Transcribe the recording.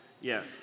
Yes